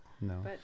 No